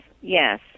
yes